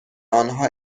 آنها